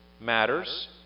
matters